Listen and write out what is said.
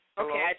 okay